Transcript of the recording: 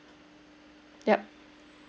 yup